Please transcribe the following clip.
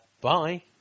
bye